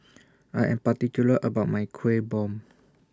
I Am particular about My Kueh Bom